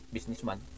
businessman